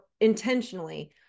intentionally